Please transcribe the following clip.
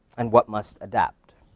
and what must adapt?